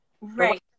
right